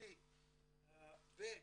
ומשמעותי בנבטים,